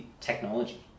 technology